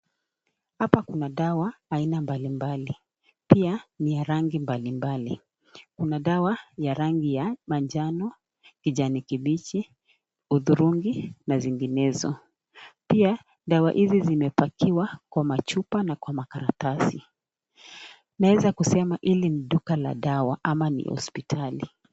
Hapa kuna dawa aina mbalimbali , pia ni ya rangi mbalimbali . Kuna dawa ya rangi ya manjano , kijani kibichi uthurungi na zinginezo . Pia dawa hizi zimepakiwa kwa machupa ma makaratasi . Naeza kusema hili ni duka la dawa ama ni hospitali.